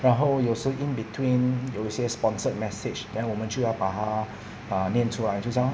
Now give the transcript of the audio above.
然后有时 in between 有一些 sponsored message then 我们就要把他 uh 念出来就这样 lor